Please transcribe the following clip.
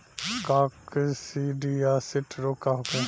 काकसिडियासित रोग का होखे?